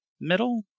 Middle